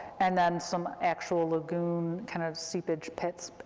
and then some actual lagoon kind of seepage pits,